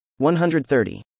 130